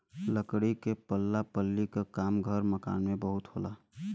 लकड़ी के पल्ला बल्ली क काम घर मकान में बहुत होला